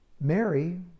Mary